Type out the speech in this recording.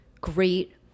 great